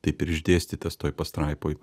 taip ir išdėstytas toj pastraipoj